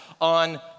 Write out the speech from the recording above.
on